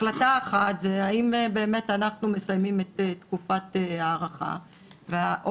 החלטה אחת זה האם באמת אנחנו מסיימים את תקופת ההארכה או